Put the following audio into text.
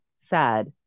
sad